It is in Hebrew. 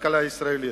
הכלכלה הישראלית.